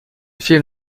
film